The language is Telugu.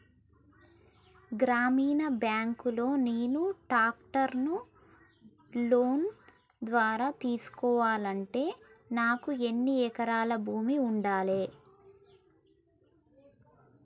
గ్రామీణ బ్యాంక్ లో నేను ట్రాక్టర్ను లోన్ ద్వారా తీసుకోవాలంటే నాకు ఎన్ని ఎకరాల భూమి ఉండాలే?